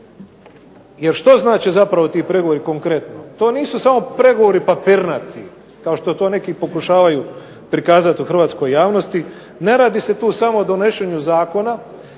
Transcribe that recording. Jer što znače zapravo ti pregovori konkretno? To nisu samo pregovori papirnati, kao što to neki pokušavaju prikazati u hrvatskoj javnosti. Ne radi se tu samo o donošenju zakona.